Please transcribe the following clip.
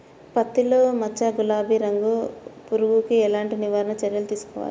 పత్తిలో వచ్చు గులాబీ రంగు పురుగుకి ఎలాంటి నివారణ చర్యలు తీసుకోవాలి?